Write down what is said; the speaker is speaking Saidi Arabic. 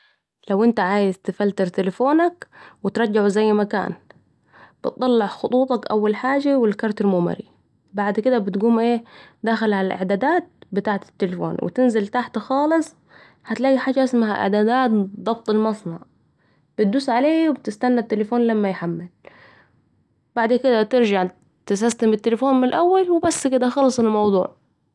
لو أنت عايز تفلتر تليفونك وترجعه زي ما كان ...بطلع خطوطك أول حاجة و الكارت الميموري ، بعد كده بتقوم ايه داخل على الاعدادات بتعت التليفون وتنزل تحت خالص و هتلاقي حاجات اسمها إعدادات ضبط المصنع بتدوس عليها وبتستني التليفون لما يحمل ، بعد كده ترجع تسستم التليفون من الأول و بس كده خلص الموضوع